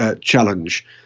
challenge